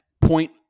point